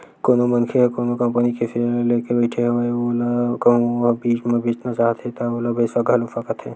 कोनो मनखे ह कोनो कंपनी के सेयर ल लेके बइठे हवय अउ ओला कहूँ ओहा बीच म बेचना चाहत हे ता ओला बेच घलो सकत हे